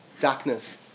darkness